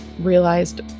realized